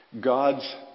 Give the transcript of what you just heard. God's